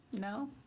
no